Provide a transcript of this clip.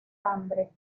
hambre